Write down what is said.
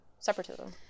Separatism